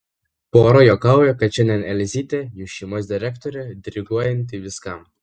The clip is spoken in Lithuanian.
pora juokauja kad šiandien elzytė jų šeimos direktorė diriguojanti viskam